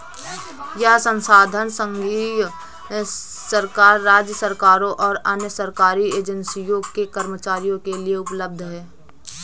यह संसाधन संघीय सरकार, राज्य सरकारों और अन्य सरकारी एजेंसियों के कर्मचारियों के लिए उपलब्ध है